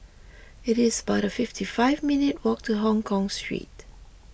it is about fifty five minutes' walk to Hongkong Street